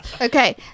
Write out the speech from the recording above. Okay